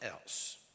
else